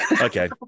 Okay